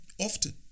often